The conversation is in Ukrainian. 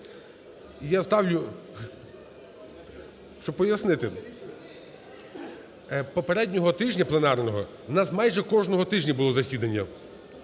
Я ставлю… Щоб пояснити. Попереднього тижня пленарного у нас майже кожного тижня було засідання.